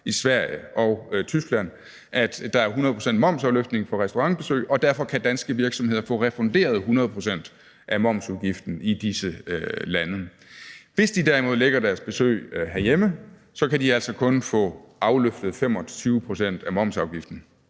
i Sverige og Tyskland, at der er 100 pct. momsafløftning for restaurantbesøg, og derfor kan danske virksomheder få refunderet 100 pct. af momsudgiften i disse lande. Men hvis de derimod lægger deres besøg herhjemme, kan de altså kun få afløftet 25 pct. af momsudgiften,